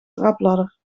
trapladder